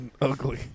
Ugly